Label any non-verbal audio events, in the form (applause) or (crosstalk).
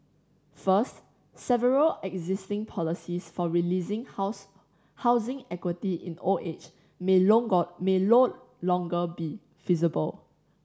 first several existing policies for releasing house housing equity in old age may (unintelligible) may no longer be feasible